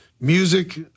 music